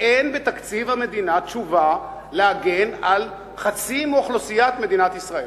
אין בתקציב המדינה תשובה להגן על חצי מאוכלוסיית מדינת ישראל.